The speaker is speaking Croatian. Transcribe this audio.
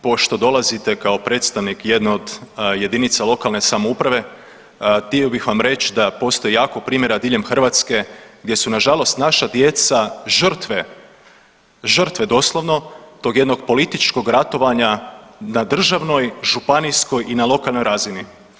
Pošto dolazite kao predstavnik jedne od jedinica lokalne samouprave htio bih vam reći da postoji jako primjera diljem Hrvatske gdje su nažalost naša djeca žrtve, žrtve doslovno tog jednog političkog ratovanja na državnoj, županijskoj i na lokalnoj razini.